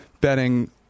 betting